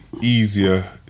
easier